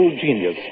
genius